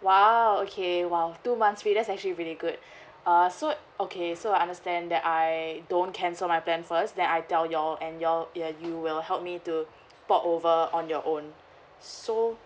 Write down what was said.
!wow! okay !wow! two months well that's actually really good err so okay so I understand that I don't cancel my plan first then I tell your and your ya you will help me to port over on your own so